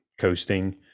coasting